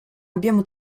abbiano